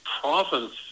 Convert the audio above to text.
province